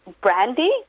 Brandy